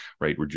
right